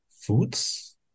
foods